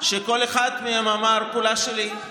שכל אחד מהם אמר: כולה שלי.